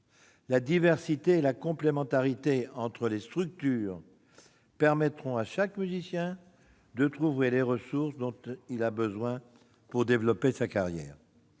La diversité et la complémentarité entre les structures permettront à chaque musicien de trouver les ressources dont il a besoin pour développer sa carrière.